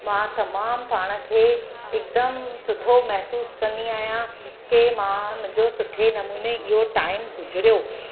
मां तमामु पाण खे हिकदमि सुठो महिसूसु कंदी आहियां के मां मुंहिंजो सुठे नमूने इहो टाइम गुज़रियो